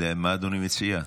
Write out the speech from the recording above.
מה אדוני מציע?